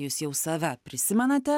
jūs jau save prisimenate